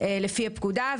לפי הפקודה,